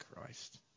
Christ